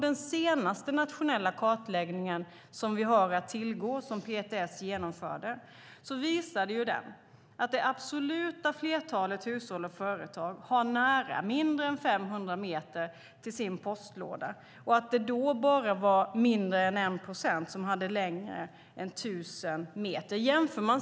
Den senaste nationella kartläggningen som PTS har genomfört visar att det absoluta flertalet hushåll och företag har nära, mindre än 500 meter, till sin postlåda. Det var då färre än 1 procent som hade längre än 1 000 meter.